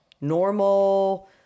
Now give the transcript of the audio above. normal